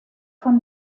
von